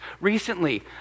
recently